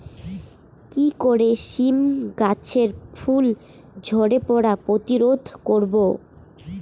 কি করে সীম গাছের ফুল ঝরে পড়া প্রতিরোধ করব?